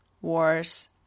wars